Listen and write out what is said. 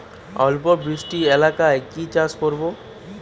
অল্প বৃষ্টি এলাকায় কি চাষ করব?